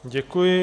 Děkuji.